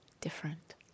different